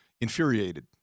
infuriated